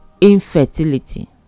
infertility